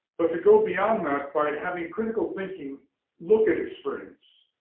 but to go beyond that by having critical thinking look at experience.